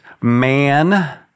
man